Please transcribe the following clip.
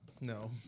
No